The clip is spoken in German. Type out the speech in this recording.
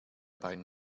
beiden